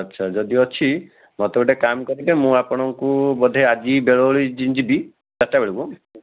ଆଚ୍ଛା ଯଦି ଅଛି ମୋତେ ଗୋଟେ କାମ କରିବେ ମୁଁ ଆପଣଙ୍କୁ ବୋଧେ ଆଜି ବେଳଓଳି ଯିବି ଚାରିଟା ବେଳକୁ